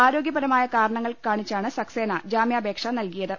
ആരോഗ്യപരമായ കാരണങ്ങൾ കാണിച്ചാണ് സക്സേന ജാമ്യാപേക്ഷ നൽകിയത്